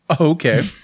Okay